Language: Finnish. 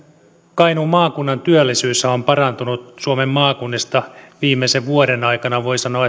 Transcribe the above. kainuun maakunnan työllisyyshän on parantunut suomen maakunnista viimeisen vuoden aikana voi sanoa